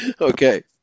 Okay